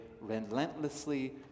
relentlessly